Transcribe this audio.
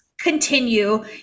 continue